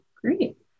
great